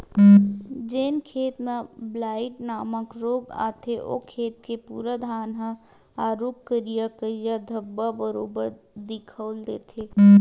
जेन खेत म ब्लाईट नामक रोग आथे ओ खेत के पूरा धान ह आरुग करिया करिया धब्बा बरोबर दिखउल देथे